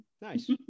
Nice